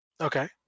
Okay